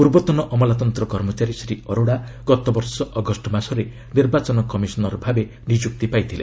ପୂର୍ବତନ ଅମଲାତନ୍ତ୍ର କର୍ମଚାରୀ ଶ୍ରୀ ଅରୋଡ଼ା ଗତବର୍ଷ ଅଗଷ୍ଟ ମାସରେ ନିର୍ବାଚନ କମିଶନର୍ ଭାବେ ନିଯୁକ୍ତି ପାଇଥିଲେ